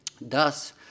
Thus